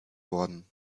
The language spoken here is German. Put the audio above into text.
worden